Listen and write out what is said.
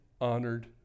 honored